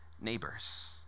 neighbors